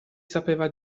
sapeva